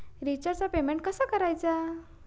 रिचार्जचा पेमेंट कसा करायचा?